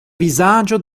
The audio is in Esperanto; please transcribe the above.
vizaĝo